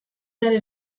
sare